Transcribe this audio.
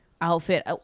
outfit